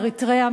אריתריאה,